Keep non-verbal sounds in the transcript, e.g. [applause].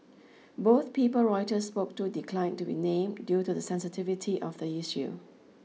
[noise] both people Reuters spoke to declined to be named due to the sensitivity of the issue